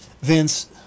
vince